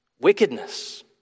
wickedness